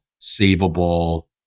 saveable